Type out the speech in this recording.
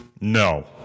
no